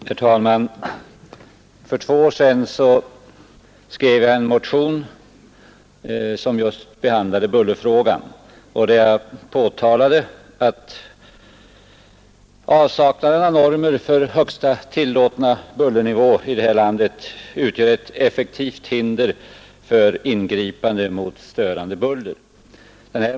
Herr talman! För två år sedan skrev jag en motion som just behandlade bullerfrågan, och jag påtalade där att avsaknaden av normer för högsta tillåtna bullernivå i det här landet utgör ett effektivt hinder för ingripande mot störande buller.